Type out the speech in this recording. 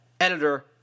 Editor